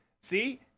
see